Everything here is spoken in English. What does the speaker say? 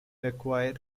macquarie